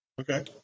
Okay